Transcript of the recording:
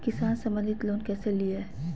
किसान संबंधित लोन कैसै लिये?